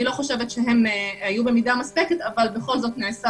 אני לא חושבת שהם היו במידה מספקת, אבל נעשה.